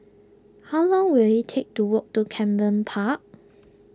how long will it take to walk to Camden Park